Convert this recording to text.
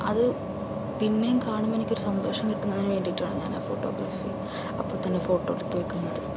അത് പിന്നെയും കാണുമ്പോൾ എനിക്കൊരു സന്തോഷം കിട്ടുന്നതിന് വേണ്ടിയിട്ടാണ് ഞാനാ ഫോട്ടോഗ്രാഫി അപ്പോത്തന്നെ ഫോട്ടോയെടുത്ത് വയ്ക്കുന്നത്